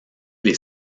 les